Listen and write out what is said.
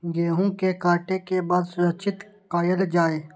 गेहूँ के काटे के बाद सुरक्षित कायल जाय?